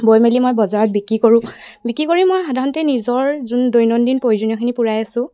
বৈ মেলি মই বজাৰত বিক্ৰী কৰোঁ বিক্ৰী কৰি মই সাধাৰণতে নিজৰ যোন দৈনন্দিন প্ৰয়োজনীয়খিনি পুৰাই আছোঁ